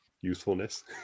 Usefulness